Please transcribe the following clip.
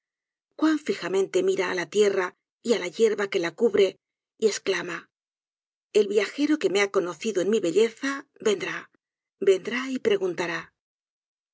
cuan fijamente mira á la tierra y á la yerba que la cubre y esclama el viajero que me ha conocido en mi belleza vendrá vendrá y preguntará